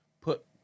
put